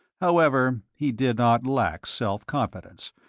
however, he did not lack self-confidence,